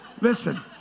Listen